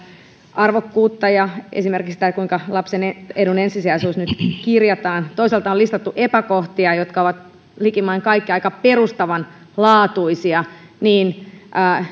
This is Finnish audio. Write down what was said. arvokkuutta ja esimerkiksi sitä kuinka lapsen edun ensisijaisuus nyt kirjataan toisaalta on listattu epäkohtia jotka ovat likimain kaikki aika perustavanlaatuisia